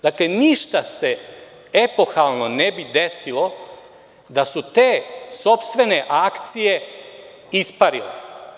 Dakle, ništa se epohalno ne bi desilo da su te sopstvene akcije isparile.